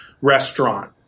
restaurant